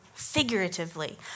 figuratively